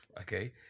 Okay